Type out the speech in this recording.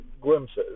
glimpses